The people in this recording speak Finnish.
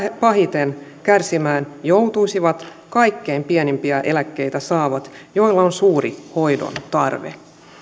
pahiten kärsimään joutuisivat kaikkein pienimpiä eläkkeitä saavat joilla on suuri hoidon tarve